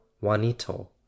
Juanito